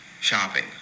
shopping